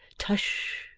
tush,